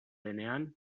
denean